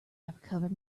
recovered